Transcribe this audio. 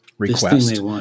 request